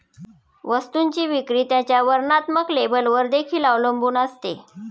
वस्तूची विक्री त्याच्या वर्णात्मक लेबलवर देखील अवलंबून असते